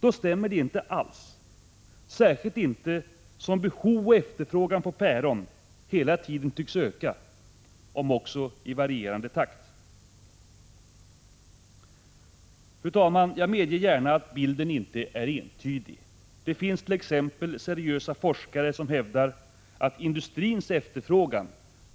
Då stämmer det inte alls, särskilt inte som behov och efterfrågan på päron hela tiden tycks öka, om också i varierande takt. Fru talman! Jag medger gärna att uppfattningarna om framtidens elbehov inte är entydiga. Det finns t.ex. seriösa forskare som hävdar att industrins efterfrågan